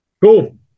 Cool